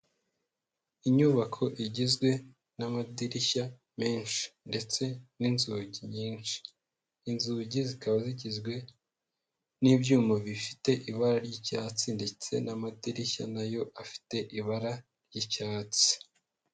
Inyubako igizwe n'amadirishya, menshi. Ndetse n'inzugi nyinshi. Inzugi zikaba zigizwe, n'ibyuma bifite ibara ry'icyatsi, ndetse n'amadirishya nayo afite ibara ry'icyatsi